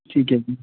ਠੀਕ ਐ ਜੀ